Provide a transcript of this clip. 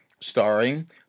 starring